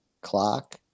clock